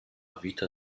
vita